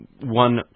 One